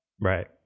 Right